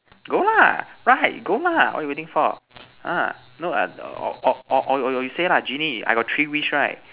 go lah right go lah what are you waiting for ah no or or or you say lah genie I got three wish right